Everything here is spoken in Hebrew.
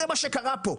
זה מה שקרה פה.